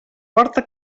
porta